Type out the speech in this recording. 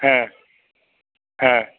ह ह